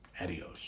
Adios